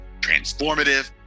transformative